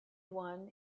one